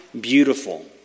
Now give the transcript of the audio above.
beautiful